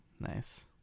nice